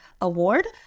award